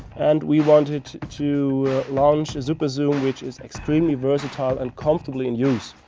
and we wanted to launch a super zoom which is extremely versatile and comfortable in use.